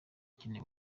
akeneye